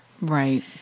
Right